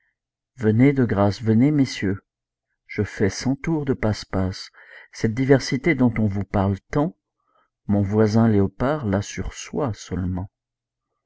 venez de grâce venez messieurs je fais cent tours de passe-passe cette diversité dont on vous parle tant mon voisin léopard l'a sur soi seulement